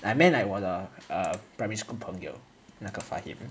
I meant like 我的 primary school 朋友那个 fahim